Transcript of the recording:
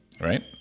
Right